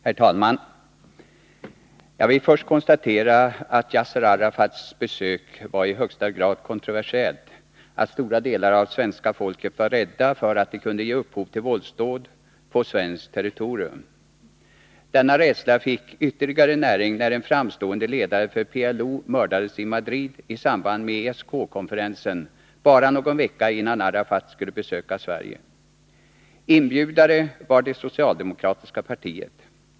Herr talman! Jag vill först konstatera att Yasser Arafats besök var i högsta grad kontroversiellt, stora delar av svenska folket var rädda för att det kunde ge upphov till våldsdåd på svenskt territorium. Denna rädsla fick ytterligare näring när en framstående ledare för PLO mördades i Madrid, i samband ESK-konferensen, bara någon vecka innan Arafat skulle besöka Sverige. Inbjudare var det socialdemokratiska partiet.